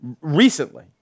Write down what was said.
recently